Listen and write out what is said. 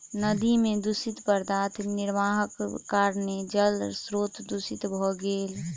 नदी में दूषित पदार्थ निर्वाहक कारणेँ जल स्त्रोत दूषित भ गेल